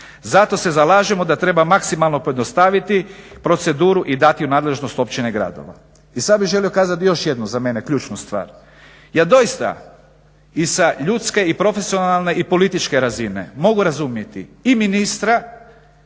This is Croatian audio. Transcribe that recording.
Zato se zalažemo da treba maksimalno pojednostaviti proceduru i dati ju u nadležnost općina i gradova. I sad bih želio kazati još jednu, za mene ključnu stvar. Ja doista i sa ljudske i profesionalne i političke razine mogu razumjeti i ministra